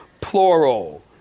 plural